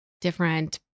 different